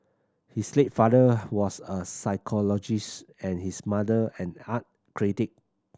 his late father was a psychologist and his mother an art critic